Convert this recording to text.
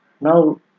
Now